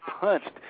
punched